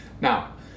Now